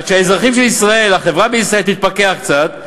עד שהאזרחים בישראל, החברה בישראל, תתפכח קצת,